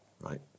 right